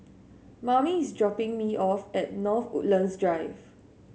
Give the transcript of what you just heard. mame is dropping me off at North Woodlands Drive